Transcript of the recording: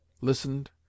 listened